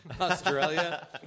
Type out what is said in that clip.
australia